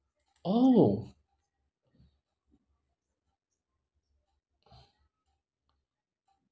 oh